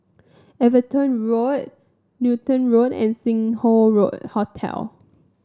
Everton Road Newton Road and Sing Hoe road Hotel